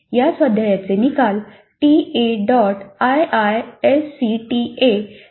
आणि या स्वाध्यायाचे निकाल ta